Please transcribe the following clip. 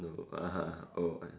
no (uh huh) oh